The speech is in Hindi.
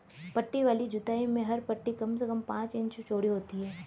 पट्टी वाली जुताई में हर पट्टी कम से कम पांच इंच चौड़ी होती है